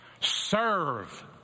serve